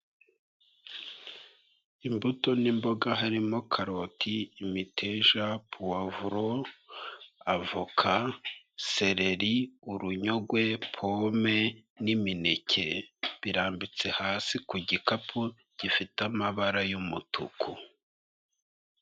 Imbuto n'imboga harimo karoti, imiteja, puwavuro, avoka, sereri, urunyogwe, pome n'imineke. Birambitse hasi ku gikapu gifite amabara y'umutuku.